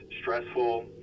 stressful